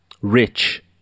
rich